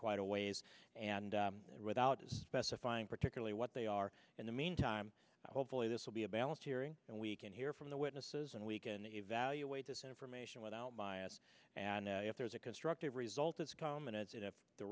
quite a ways and without specifying particularly what they are in the meantime hopefully this will be a balanced hearing and we can hear from the witnesses and we can evaluate this information without bias and if there's a constructive result it's common i